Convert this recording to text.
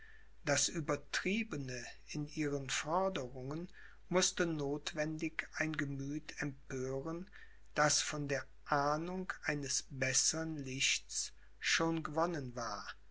das uebertriebene in ihren forderungen mußte nothwendig ein gemüth empören das von der ahnung eines bessern lichts schon gewonnen war